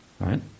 Right